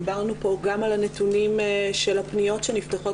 דיברנו כאן גם על הנתונים של הפניות שנפתחות